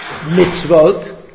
mitzvot